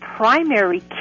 primary